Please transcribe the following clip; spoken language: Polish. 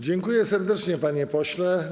Dziękuję serdecznie, panie pośle.